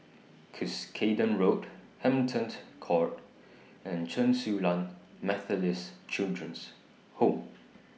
Cuscaden Road Hampton Court and Chen Su Lan Methodist Children's Home